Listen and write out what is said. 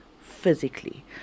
physically